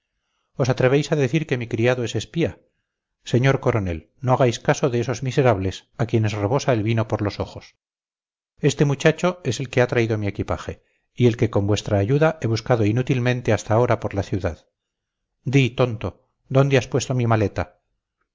os atrevéis a decir que mi criado es espía señor coronel no hagáis caso de esos miserables a quienes rebosa el vino por los ojos este muchacho es el que ha traído mi equipaje y el que con vuestra ayuda he buscado inútilmente hasta ahora por la ciudad di tonto dónde has puesto mi maleta